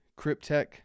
Cryptech